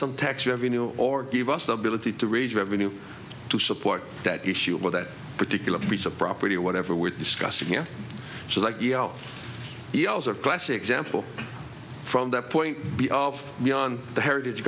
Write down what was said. some tax revenue or give us the ability to raise revenue to support that issue with that particular piece of property or whatever with discussing here so like yo yos are classic example from that point b of the on the heritage